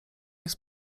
jest